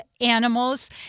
animals